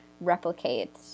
replicate